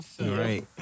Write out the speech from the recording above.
right